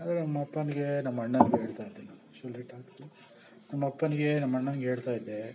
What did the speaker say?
ಆದರೆ ನಮ್ಮಅಪ್ಪನ್ಗೆ ನಮ್ಮಅಣ್ಣನ್ಗೆ ಹೇಳ್ತಾಯಿದ್ದೆ ನಮ್ಮಅಪ್ಪನ್ಗೆ ನಮ್ಮಅಣ್ಣನ್ಗೆ ಹೇಳ್ತಾಯಿದ್ದೆ